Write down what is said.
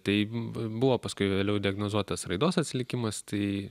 taip buvo paskui vėliau diagnozuotas raidos atsilikimas tai